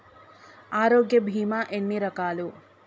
ఆరోగ్య బీమా ఎన్ని రకాలు?